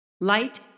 Light